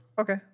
Okay